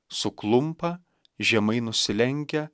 suklumpa žemai nusilenkia